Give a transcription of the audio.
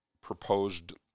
proposed